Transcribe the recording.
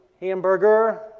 hamburger